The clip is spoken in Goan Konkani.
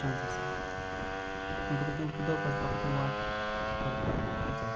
चांस आसा म्हणटकूच तें उदक वचपा खातीर वाट करपाक जाय